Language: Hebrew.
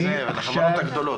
לחברות הגדולות.